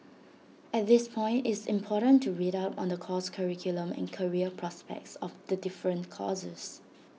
at this point is important to read up on the course curriculum and career prospects of the different courses